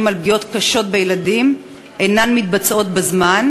על פגיעות קשות בילדים אינן מתבצעות בזמן,